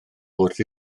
wrth